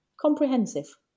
comprehensive